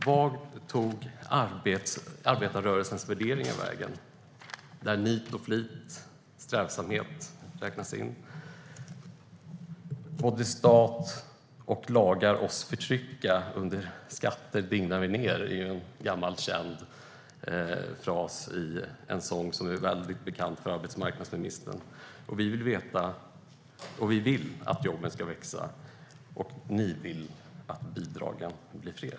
Vart tog arbetarrörelsens värderingar vägen, där nit och flit och strävsamhet räknas in? En gammal känd fras i en sång som är väldigt bekant för arbetsmarknadsministern lyder: Båd' stat och lagar oss förtrycka, vi under skatter digna ner. Vi vill att jobben ska växa till, och ni vill att bidragen ska bli fler.